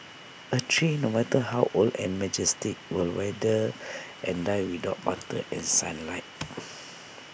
A tree no matter how old and majestic will wither and die without water and sunlight